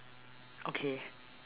okay